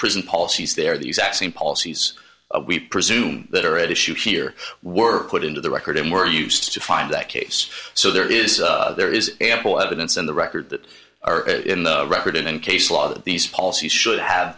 prison policies there the exact same policies we presume that are at issue here were put into the record and were used to find that case so there is there is ample evidence in the record that are in the record in case law that these policies should have